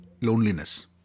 loneliness